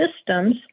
systems